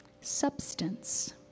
Substance